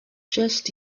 just